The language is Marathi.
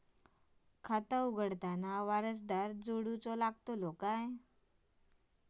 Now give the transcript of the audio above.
खाता उघडताना वारसदार जोडूचो लागता काय?